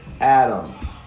Adam